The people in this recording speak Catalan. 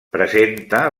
presenta